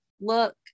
look